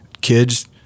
kids